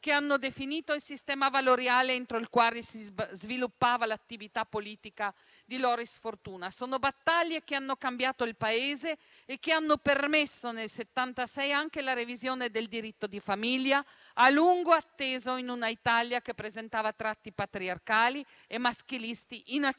hanno definito il sistema valoriale entro il quale si sviluppava l'attività politica di Loris Fortuna. Sono battaglie che hanno cambiato il Paese e che hanno permesso, nel 1976, anche la revisione del diritto di famiglia, a lungo attesa in un'Italia che presentava tratti patriarcali e maschilisti inaccettabili.